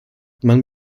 man